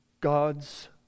God's